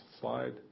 slide